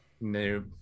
No